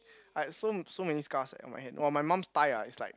I had so so many scars eh on my hand !wah! my mum's thighs ah is like